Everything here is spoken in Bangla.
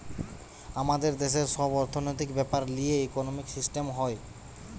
আমাদের দেশের সব অর্থনৈতিক বেপার লিয়ে ইকোনোমিক সিস্টেম হয়